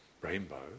rainbow